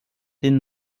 den